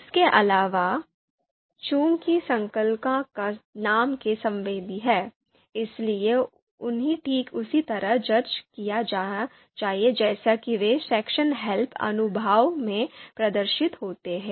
इसके अलावा चूंकि संकुल का नाम केस संवेदी है इसलिए उन्हें ठीक उसी तरह दर्ज किया जाना चाहिए जैसा कि वे sectionHELPअनुभाग में प्रदर्शित होते हैं